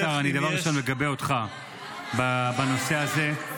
אדוני השר, דבר ראשון, אני מגבה אותך בנושא הזה.